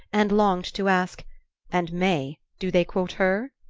and longed to ask and may do they quote her?